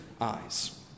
eyes